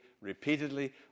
repeatedly